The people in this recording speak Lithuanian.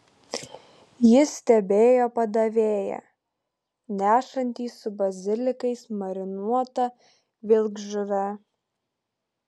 ji stebėjo padavėją nešantį su bazilikais marinuotą vilkžuvę